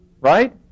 right